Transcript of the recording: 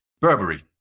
Burberry